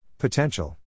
Potential